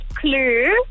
clue